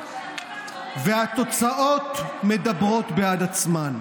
והתוצאות מדברות בעד עצמן.